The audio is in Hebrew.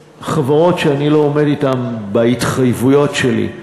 חברות שאני לא עומד בהתחייבויות שלי אתן,